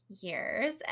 years